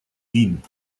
wien